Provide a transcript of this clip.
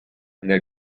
nel